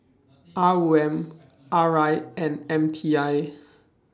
R O M R I and M T I